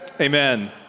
Amen